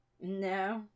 No